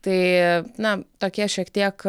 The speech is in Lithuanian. tai na tokie šiek tiek